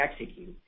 execute